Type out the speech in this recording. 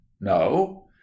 No